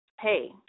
hey